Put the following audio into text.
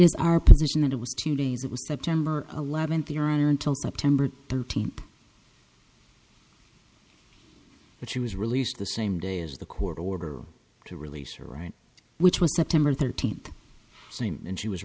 is our position that it was two days it was september eleventh your honor until september thirteenth but she was released the same day as the court order to release her right which was september thirteenth scene and she was